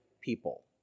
people